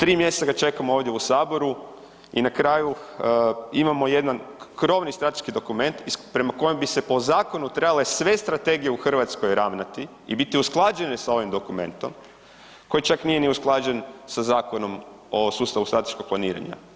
Tri mjeseca ga čekamo ovdje u saboru i na kraju imamo jedan krovni strateški dokument prema kojem bi se po zakonu trebale sve strategije u Hrvatskoj ravnati i biti usklađene sa ovim dokumentom, koji čak nije ni usklađen sa Zakonom o sustavu strateškog planiranja.